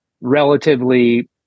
relatively